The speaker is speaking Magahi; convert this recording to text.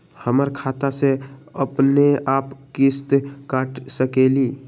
हमर खाता से अपनेआप किस्त काट सकेली?